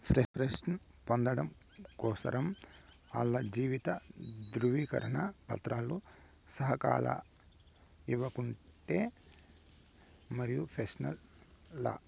pension పొందడం కోసరం ఆల్ల జీవిత ధృవీకరన పత్రాలు సకాలంల ఇయ్యకుంటే మరిక పెన్సనే లా